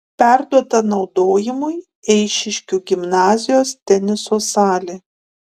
perduota naudojimui eišiškių gimnazijos teniso salė